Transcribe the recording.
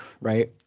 right